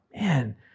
man